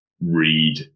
Read